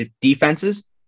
defenses